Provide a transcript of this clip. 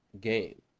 game